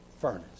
furnace